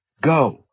go